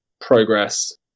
progress